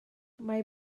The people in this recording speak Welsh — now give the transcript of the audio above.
mae